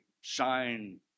shine